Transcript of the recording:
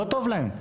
לא טוב להם.